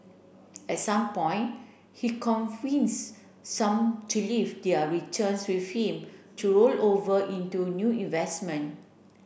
at some point he convince some to leave their returns with him to roll over into new investment